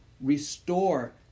restore